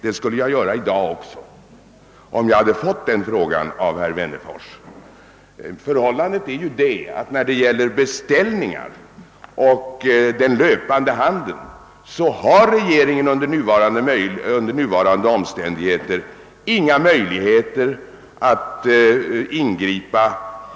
Det skulle jag göra i dag också, om jag hade fått samma fråga av herr Wennerfors. Förhållandet är ju att när det gäller beställningar och löpande handel har regeringen under nuvarande omständigheter inga möjligheter att ingripa.